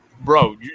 Bro